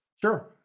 Sure